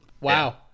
wow